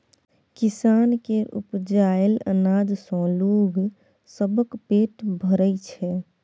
किसान केर उपजाएल अनाज सँ लोग सबक पेट भरइ छै